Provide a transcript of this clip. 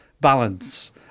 balance